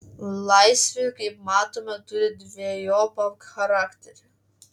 laisvė kaip matome turi dvejopą charakterį